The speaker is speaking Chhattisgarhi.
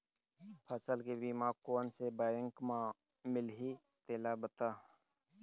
फसल के बीमा कोन से बैंक म मिलही तेला बता?